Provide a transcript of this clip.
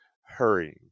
hurrying